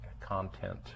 content